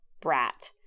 brat